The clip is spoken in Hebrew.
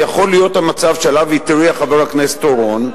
יכול להיות המצב שעליו התריע חבר הכנסת אורון,